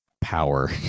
power